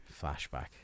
flashback